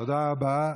תודה רבה.